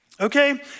Okay